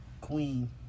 Queen